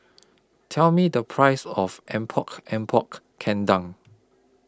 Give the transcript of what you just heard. Tell Me The Price of Epok Epok Kendang